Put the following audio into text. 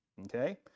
Okay